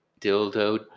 dildo